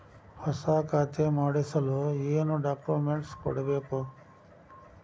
ಹೊಸ ಖಾತೆ ಮಾಡಿಸಲು ಏನು ಡಾಕುಮೆಂಟ್ಸ್ ಕೊಡಬೇಕು?